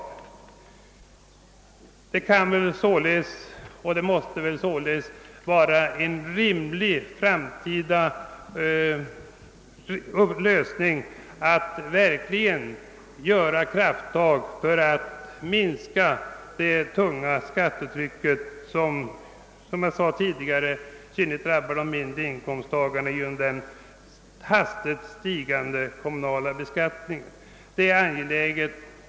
Det måste sålunda vara en rimlig framtida uppgift att verkligen ta krafttag för att minska det tunga skattetryck som — vilket jag tidigare framhöll — i synnerhet drabbar de mindre inkomsttagarna genom den hastigt stigande kommunala beskattningen.